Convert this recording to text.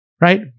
right